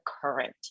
current